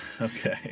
Okay